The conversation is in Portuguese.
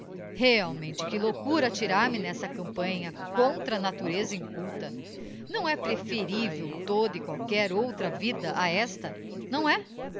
realmente que loucura atirar-me n'esta campanha contra a natureza inculta não é preferível toda e qualquer outra vida a esta não é